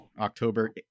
October